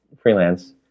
freelance